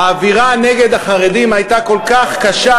האווירה נגד החרדים הייתה כל כך קשה,